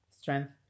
Strength